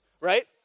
right